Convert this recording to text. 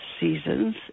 seasons